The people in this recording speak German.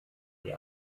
die